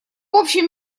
общем